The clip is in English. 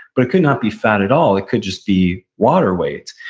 but it could not be fat at all, it could just be water weight.